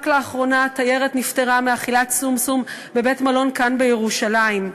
רק לאחרונה תיירת נפטרה מאכילת שומשום בבית-מלון כאן בירושלים.